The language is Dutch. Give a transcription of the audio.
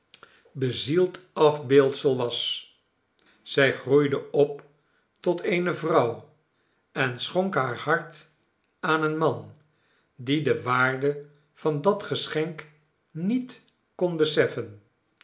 bezield afbeeldsel was zij groeide op tot eene vrouw en schonk haar hart aan een man die de waarde van dat geschenk niet kon beseffen